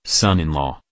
son-in-law